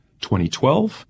2012